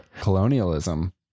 colonialism